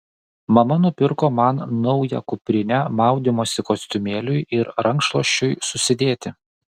mama nupirko man naują kuprinę maudymosi kostiumėliui ir rankšluosčiui susidėti